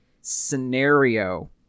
scenario